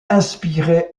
inspiré